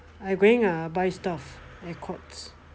I going eh buy stuff